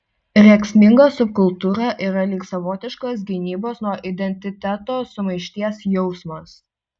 rėksminga subkultūra yra lyg savotiškas gynybos nuo identiteto sumaišties jausmas